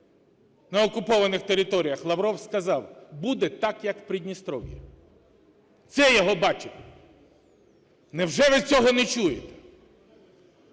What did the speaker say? на окупованих територіях" Лавров сказав: "Буде так, як в Придністров'ї". Це його бачення. Невже ви цього не чуєте?